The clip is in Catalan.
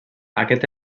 aquest